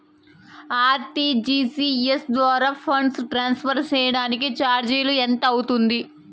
RTGS ద్వారా funds transfer సేయడానికి చార్జీలు ఎంత అవుతుంది